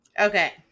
Okay